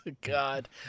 God